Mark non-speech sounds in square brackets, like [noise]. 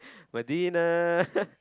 Madinah [laughs]